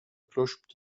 cloche